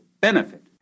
benefit